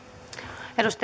arvoisa